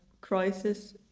crisis